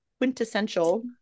quintessential